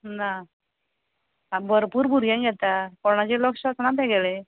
ना आं भरपूर भुरग्यांक घेता कोणाचेर लक्ष आसना तेगेलें